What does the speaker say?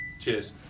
Cheers